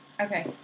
okay